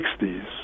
1960s